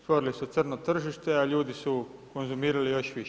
Stvorili su crno tržište, a ljudi su konzumirali još više.